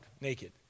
naked